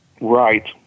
Right